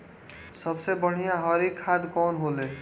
सबसे बढ़िया हरी खाद कवन होले?